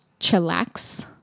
chillax